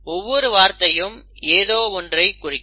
ஒவ்வொரு வார்த்தையும் ஏதோ ஒன்றைக் குறிக்கும்